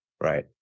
Right